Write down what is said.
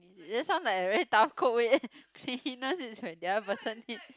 that sounds like a very tough code wait cleanliness is when the other person need